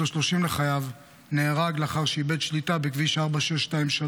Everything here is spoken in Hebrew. ה-30 לחייו נהרג לאחר שאיבד שליטה בכביש 4623,